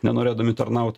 nenorėdami tarnaut